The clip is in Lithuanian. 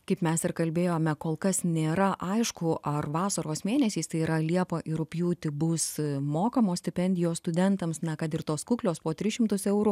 kaip mes ir kalbėjome kol kas nėra aišku ar vasaros mėnesiais tai yra liepą ir rugpjūtį bus mokamos stipendijos studentams na kad ir tos kuklios po tris šimtus eurų